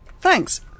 Thanks